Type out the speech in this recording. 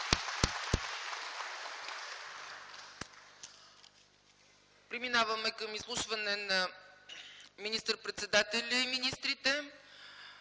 Преминаваме към изслушване на министър-председателя и министрите.